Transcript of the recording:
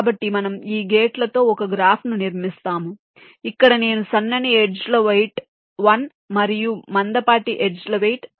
కాబట్టి మనము ఈ గేట్ లతో ఒక గ్రాఫ్ను నిర్మిస్తాము ఇక్కడ నేను సన్నని ఎడ్జ్ ల వెయిట్ 1 మరియు మందపాటి ఎడ్జ్ ల వెయిట్ 0